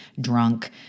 drunk